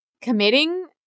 committing